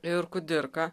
ir kudirką